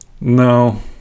No